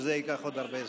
שזה ייקח עוד הרבה זמן.